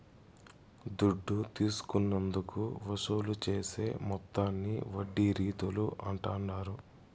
దుడ్డు తీసుకున్నందుకు వసూలు చేసే మొత్తాన్ని వడ్డీ రీతుల అంటాండారు